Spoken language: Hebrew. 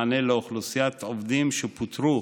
מענה לאוכלוסיית עובדים מעל גיל 67 שפוטרו